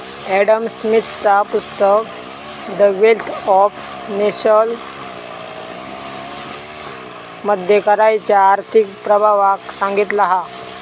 Adam स्मिथचा पुस्तक the wealth of nation मध्ये कराच्या आर्थिक प्रभावाक सांगितला हा